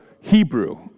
Hebrew